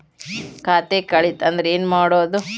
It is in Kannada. ಖಾತೆ ಕಳಿತ ಅಂದ್ರೆ ಏನು ಮಾಡೋದು?